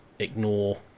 Ignore